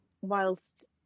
whilst